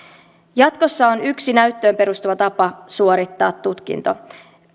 jatkossa on yksi näyttöön perustuva tapa suorittaa tutkinto